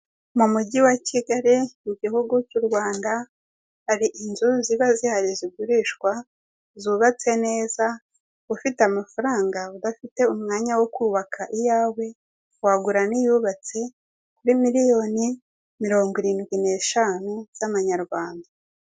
Mu mujyi wa Kigali mu gihugu cy'u Rwanda hari inzu ziba zihari zigurishwa zubatse neza, ufite amafaranga udafite umwanya wo kubaka iyawe wagura n'iyubatse kuri miliyoni mirongo irindwi neshanu z'amanyarwanda.